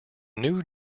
new